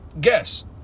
guess